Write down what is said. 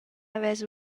havess